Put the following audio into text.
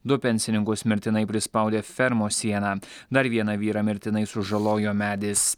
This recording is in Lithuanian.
du pensininkus mirtinai prispaudė fermos sieną dar vieną vyrą mirtinai sužalojo medis